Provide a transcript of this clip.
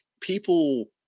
people